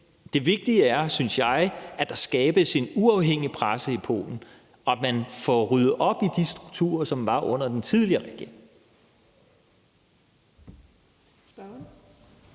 det vigtige er, synes jeg, at der skabes en uafhængig presse i Polen, og at man får ryddet op i de strukturer, som der var under den tidligere regering.